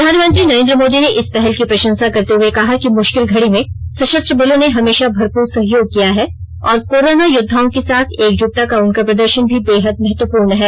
प्रधानमंत्री नरेन्द्र मोदी ने इस पहल की प्रशंसा करते हुए कहा है कि मुश्किल घड़ी में सशस्त्र बलों ने हमेशा भरपूर सहयोग किया है और कोरोना योद्वाओं के साथ एकजुटता का उनका प्रदर्शन भी बेहद महत्वपूर्ण है